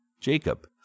Jacob